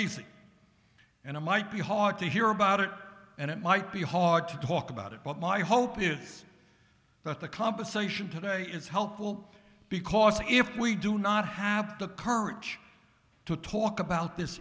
easy and it might be hard to hear about it and it might be hard to talk about it but my hope is that the compensation today is helpful because if we do not have the courage to talk about this